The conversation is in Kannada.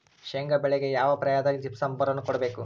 ಶೇಂಗಾ ಬೆಳೆಗೆ ಯಾವ ಪ್ರಾಯದಾಗ ಜಿಪ್ಸಂ ಬೋರಾನ್ ಕೊಡಬೇಕು?